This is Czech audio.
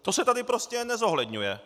To se tady prostě nezohledňuje.